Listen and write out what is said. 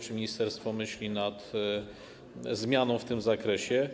Czy ministerstwo myśli nad zmianą w tym zakresie?